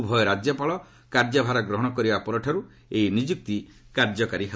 ଉଭୟ ରାଜ୍ୟପାଳ କାର୍ଯ୍ୟ ଭାର ଗ୍ରହଣ କରିବା ପରଠାରୁ ଏହି ନିଯୁକ୍ତି କାର୍ଯ୍ୟକାରି ହେବ